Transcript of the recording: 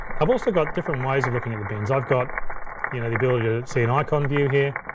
i've also got different ways of looking at the bins. i've got you know the ability to see an icon view here.